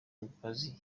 imbabazi